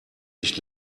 nicht